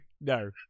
no